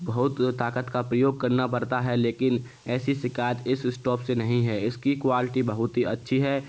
बहुत ताकत का प्रयोग करना पड़ता है लेकिन ऐसी शिकायत इस इस्टॉप से नहीं है इसकी क्वालिटी बहुत ही अच्छी है